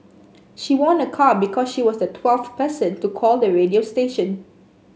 she won a car because she was the twelfth person to call the radio station